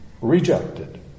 Rejected